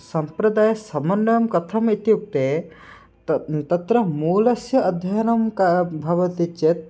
सम्प्रदायसमन्वयं कथम् इत्युक्ते तत् तत्र मूलस्य अध्ययनं किं भवति चेत्